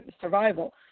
survival